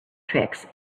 tricks